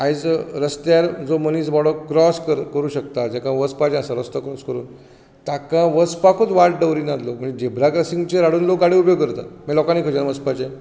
आयज रसत्यार जो मनीस बाबडो क्रोस करूंक शकता जाका वचपाचें आसता रस्तो क्रोस करून ताका वचपाकुच वाट दवरिनात लोक म्हणजे झेब्रा क्रोसिंगाचेर हाडून लोक गाडयो उब्यो करतात मागीर लोकांनी खंयसून वचपाचें